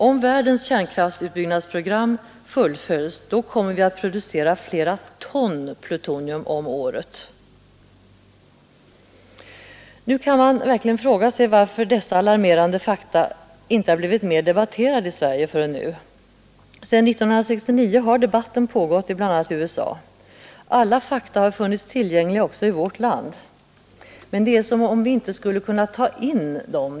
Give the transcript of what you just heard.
Om världens kärnkraftutbyggnadsprogram fullföljs, kommer vi att producera flera ton plutonium om året. Då kan man fråga sig varför inte dessa alarmerande fakta blivit mer debatterade i Sverige förrän nu. Sedan 1969 har debatten pågått i bl.a. USA. Alla fakta har funnits tillgängliga också i vårt land, men det är som om vi inte kunnat ta in dem.